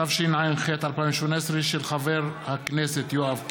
התשע"ח 2018, של חבר הכנסת יואב קיש.